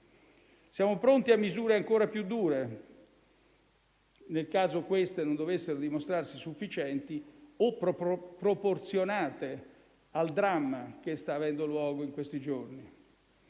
Siamo pronti a misure ancora più dure nel caso queste non dovessero dimostrarsi sufficienti o proporzionate al dramma che sta avendo luogo in questi giorni.